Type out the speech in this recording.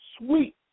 sweet